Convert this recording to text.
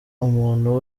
umuntu